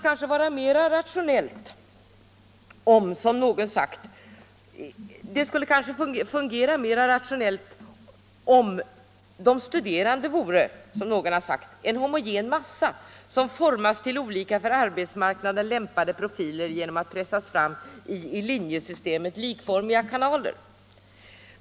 Detta skulle kanske fungera mer rationellt om de studerande vore, som någon sagt, en homogen massa som formas till olika för arbetsmarknaden lämpade profiler genom att pressas fram genom linjesystemets likformiga kanaler.